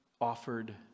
Offered